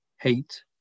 hate